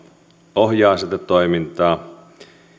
ohjaa sitä toimintaa